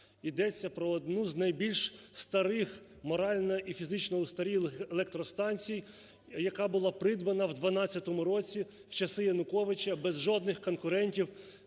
йдеться про одну з найбільш старих, морально і фізично устарілих електростанцій, яка була придбана в 12-му році, в часи Януковича, без жодних конкурентів